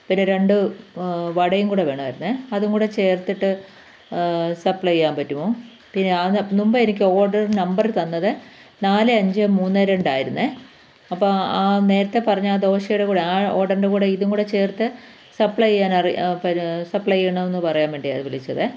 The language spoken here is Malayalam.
പിന്നെ രണ്ട് വടയും കൂടെ വേണമായിരുന്നേ അതും കൂടെ ചേർത്തിട്ട് സപ്ലൈയ്യാൻ പറ്റുമോ പിന്നെ ആ തെ മുമ്പെ എനിക്ക് ഓർഡർ നമ്പർ തന്നതെ നാല് അഞ്ച് മൂന്ന് രണ്ട് ആയിരുന്നെ അപ്പോള് ആഹ് നേരത്തെ പറഞ്ഞ ആ ദോശയുടെ കൂടെ ആ ഓർഡറിൻറ്റെ കൂടെ ഇതുംകൂടെ ചേർത്ത് സപ്ലൈയ്യാൻ അറിയ പിന്നെ സപ്ലൈ ചെയ്യണമെന്ന് പറയാൻ വേണ്ടിയാണ് വിളിച്ചതെ